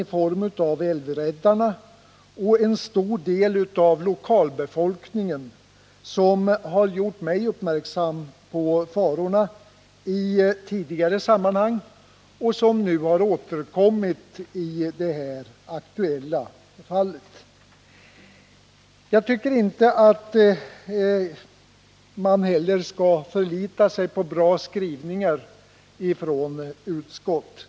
närmare bestämt Älvräddarna och en stor del av lokalbefolkningen, som i tidigare sammanhang har gjort mig uppmärksam på farorna och som har återkommit i det nu aktuella fallet. Jag tycker inte heller att man skall förlita sig på bra skrivningar av utskott.